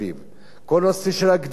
כל הנושא של הגדרות מסביב,